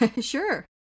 Sure